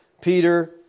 Peter